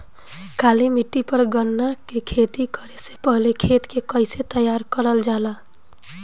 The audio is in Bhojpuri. काली मिट्टी पर गन्ना के खेती करे से पहले खेत के कइसे तैयार करल जाला?